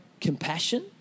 compassion